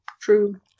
true